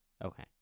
Okay